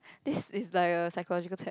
this is like a psychological test